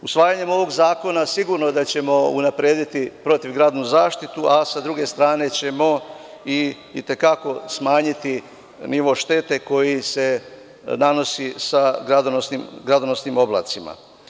Usvajanjem ovog zakona sigurno da ćemo unaprediti protivgradnu zaštitu, a sa druge strane ćemo i te kako smanjiti nivo štete koja se nanosi sa gradonosnim oblacima.